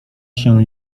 się